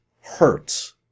hurts